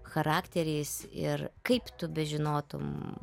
charakteriais ir kaip tu žinotum